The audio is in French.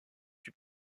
fut